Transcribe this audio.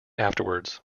afterwards